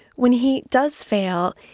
when he does fail,